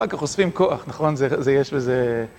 ככה חושפים כוח, נכון? זה... יש בזה...